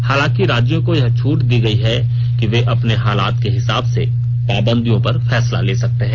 हालांकि राज्यों को यह छूट दी गई है कि वे अपने हालात के हिसाब से पाबंदियों पर फैसला ले सकते हैं